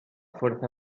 fuerza